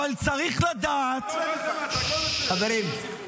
אבל צריך לדעת ----- חברים.